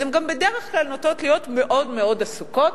אז הן גם בדרך כלל נוטות להיות מאוד מאוד עסוקות,